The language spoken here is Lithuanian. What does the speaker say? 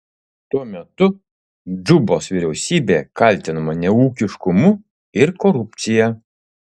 tuo metu džubos vyriausybė kaltinama neūkiškumu ir korupcija